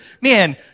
man